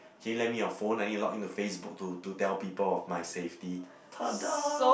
can you lend me your phone I need to login to FaceBook to to tell people of my safety !tada!